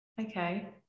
Okay